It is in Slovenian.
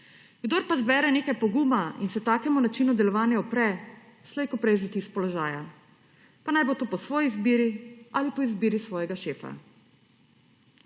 Kdor pa zbere nekaj poguma in se takemu načinu delovanja opre, slej ko prej zleti iz položaja, pa naj bo to po svoji izbiri ali po izbiri svojega šefa.